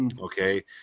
Okay